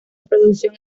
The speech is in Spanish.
producción